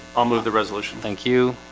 i'll move the resolution. thank you.